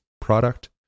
product